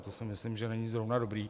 To si myslím, že není zrovna dobré.